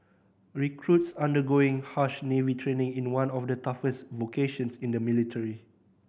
recruits undergoing harsh Navy training in one of the toughest vocations in the military